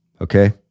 okay